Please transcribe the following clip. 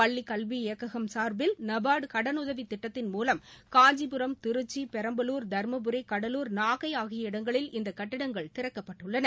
பள்ளி கல்வி இயக்ககம் சார்பில் நபார்டு கடனுதவி திட்டத்தின் மூலம் காஞ்சிபுரம் திருச்சி பெரம்பலூர் தருமபுரி கடலூர் நாகை ஆகிய இடங்களில் இந்த கட்டிடங்கள் திறக்கப்பட்டுள்ளன